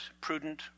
prudent